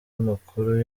amakuru